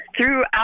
throughout